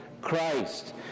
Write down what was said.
Christ